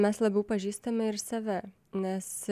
mes labiau pažįstame ir save nes